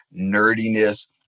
nerdiness